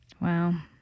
Wow